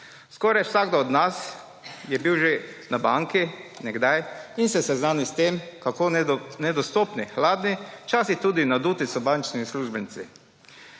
Skoraj vsakdo od nas je bil že na banki kdaj in se seznanil s tem, kako nedostopni, hladni, včasih tudi naduti so bančni uslužbenci.